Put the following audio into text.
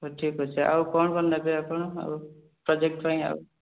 ହଉ ଠିକ୍ ଅଛି ଆଉ କ'ଣ କ'ଣ ନେବେ ଆପଣ ଆଉ ପ୍ରୋଜେକ୍ଟ୍ ପାଇଁ ଆଉ